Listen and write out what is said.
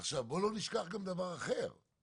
בוא לא נשכח גם דבר נוסף,